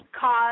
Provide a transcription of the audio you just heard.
cause